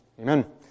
Amen